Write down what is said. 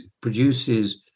produces